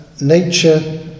nature